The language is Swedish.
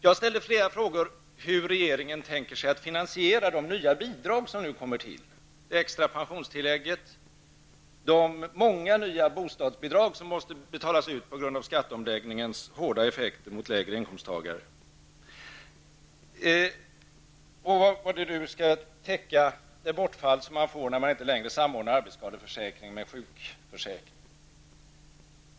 Jag ställde flera frågor om hur regeringen tänker sig finansiera de nya bidrag som nu kommer till: Det extra pensionstillägget, de många nya bostadsbidrag som måste betalas ut på grund av skatteomläggningens hårda effekt för lägre inkomsttagare, hur man skall täcka det bortfall man får när man inte längre samordnar arbetsskadeförsäkringen med sjukförsäkringen.